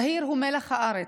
זהיר הוא מלח הארץ.